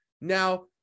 Now